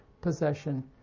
possession